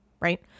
Right